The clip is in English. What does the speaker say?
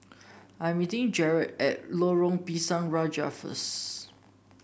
I'm meeting Jarett at Lorong Pisang Raja first